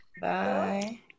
Bye